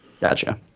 Gotcha